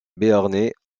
béarnais